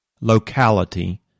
locality